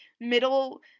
middle